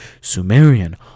sumerian